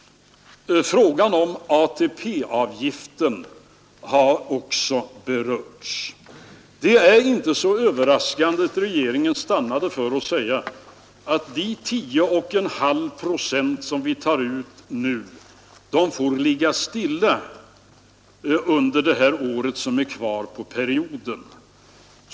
Frågan om ATP-avgifterna har också berörts. Det är inte så överraskande att regeringen stannat för att de 10,5 procent som vi nu tar ut bör ligga stilla under det år som är kvar på perioden.